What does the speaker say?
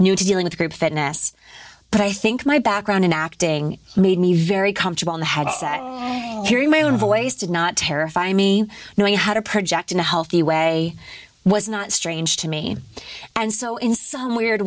new to dealing with group fitness but i think my background in acting made me very comfortable in the had a very male voice did not terrify me knowing how to project in a healthy way was not strange to me and so in some weird